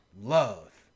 love